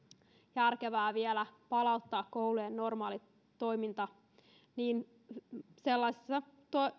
järkevää palauttaa koulujen normaali toiminta sellaisissa